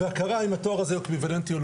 והכרה אם התואר הזה תואם או לא.